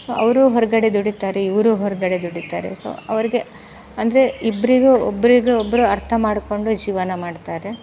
so ಅವರೂ ಹೊರಗಡೆ ದುಡಿತಾರೆ ಇವರೂ ಹೊರಗಡೆ ದುಡಿತಾರೆ ಸೊ ಅವ್ರಿಗೆ ಅಂದರೆ ಇಬ್ಬರಿಗು ಒಬ್ಬರಿಗು ಒಬ್ಬರು ಅರ್ಥ ಮಾಡ್ಕೊಂಡು ಜೀವನ ಮಾಡ್ತಾರೆ